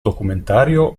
documentario